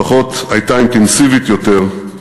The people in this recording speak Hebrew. לפחות הייתה אינטנסיבית יותר,